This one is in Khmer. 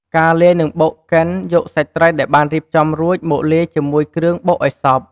ការលាយ និងបុក ឬ កិន យកសាច់ត្រីដែលបានរៀបចំរួច មកលាយជាមួយគ្រឿងបុកឱ្យសព្វ។